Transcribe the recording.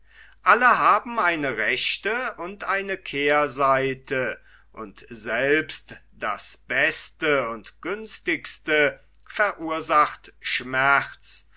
alle haben eine rechte und eine kehrseite und selbst das beste und günstigste verursacht schmerz